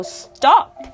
stop